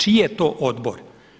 Čiji je to odbor?